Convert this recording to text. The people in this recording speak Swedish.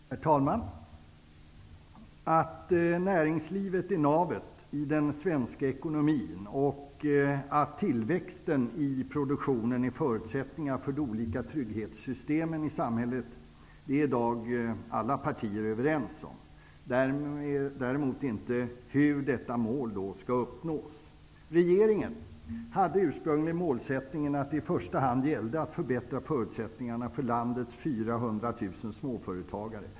Herr talman! Att näringslivet är navet i den svenska ekonomin och att tillväxten i produktionen är förutsättningar för de olika trygghetssystemen i samhället är i dag alla partier överens om. Däremot inte om hur detta mål skall uppnås. Regeringen hade ursprungligen målsättningen att det i första hand gällde att förbättra förutsättningarna för landets 400 000 småföretagare.